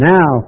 Now